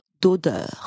d'odeur